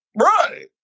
right